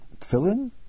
tefillin